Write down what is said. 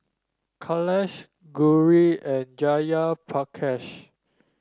Kailash Gauri and Jayaprakash